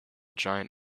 giant